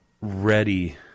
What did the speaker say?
ready